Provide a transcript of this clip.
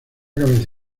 cabeza